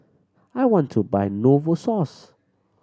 I want to buy Novosource